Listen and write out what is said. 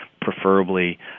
preferably